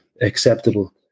acceptable